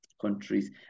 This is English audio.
countries